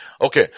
Okay